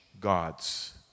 God's